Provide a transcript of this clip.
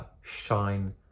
shine